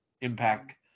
impact